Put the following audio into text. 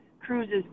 cruises